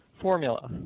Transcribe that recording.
formula